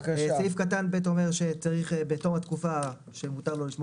סעיף קטן (ב) אומר שבתום התקופה שמותר לו לשמור